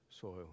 soil